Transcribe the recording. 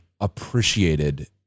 appreciated